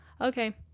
okay